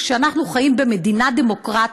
כשאנחנו חיים במדינה דמוקרטית,